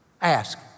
Ask